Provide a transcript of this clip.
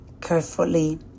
carefully